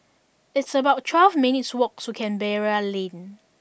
it's about twelve minutes' walk to Canberra Lane